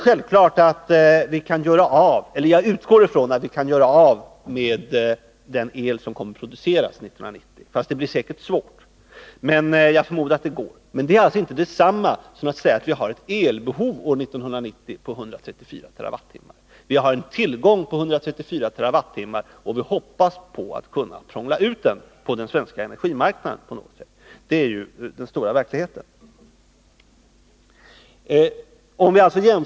Jag utgår från att vi kan göra av med den el som kommer att produceras år 1990, även om det säkerligen blir svårt. Men jag förmodar att det går. Det är emellertid inte detsamma som att säga att vi år 1990 har ett elbehov av 134 TWh. Vi har tillgång på 134 TWh, och vi hoppas på att kunna prångla ut den på den svenska energimarknaden på något sätt. Det är den stora verkligheten.